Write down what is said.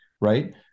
right